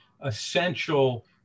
essential